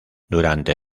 durante